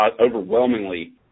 overwhelmingly